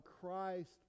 Christ